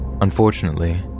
Unfortunately